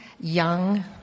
young